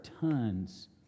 tons